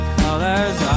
colors